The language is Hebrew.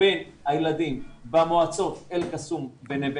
בין הילדים במועצות אל קסום ונווה